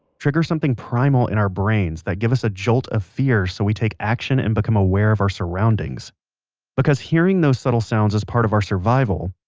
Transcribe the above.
trigger something primal in our brains that give us a jolt of fear so we take action and become aware of our surroundings because hearing those subtle sounds is part of our survival,